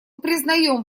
признаем